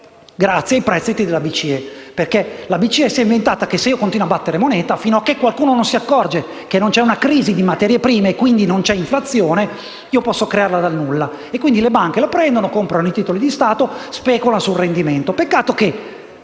grazie ai prestiti della BCE, dato che la BCE si è inventata che se si continua a battere moneta, finché qualcuno non si accorge che c'è una crisi di materie prime, e quindi non c'è inflazione, la si può creare dal nulla; quindi, le banche la prendono, comprano i titoli di Stato e speculano sul rendimento. Peccato che,